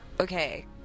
Okay